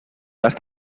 las